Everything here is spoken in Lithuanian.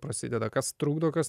prasideda kas trukdo kas